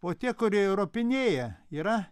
o tie kurie ropinėjayra